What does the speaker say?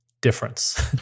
difference